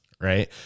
right